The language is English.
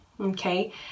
Okay